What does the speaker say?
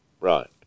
right